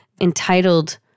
entitled